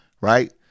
Right